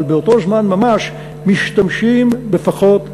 אבל באותו זמן ממש משתמשים בפחות חשמל?